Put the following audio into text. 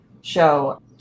show